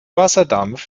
wasserdampf